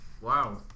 wow